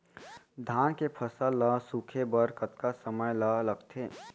धान के फसल ल सूखे बर कतका समय ल लगथे?